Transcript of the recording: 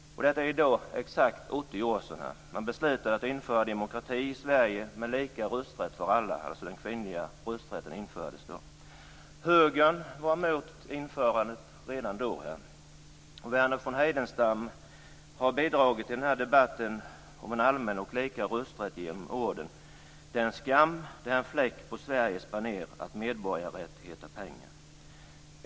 Detta är i dag exakt 80 år sedan. Man beslöt att införa demokrati i Sverige med lika rösträtt för alla. Den kvinnliga rösträtten infördes alltså då. Högern var emot införandet redan då. Verner von Heidenstam har bidragit till debatten om en allmän och lika rösträtt genom orden: "Det är skam, det är fläck på Sveriges baner / Att medborgarrätt heter pengar".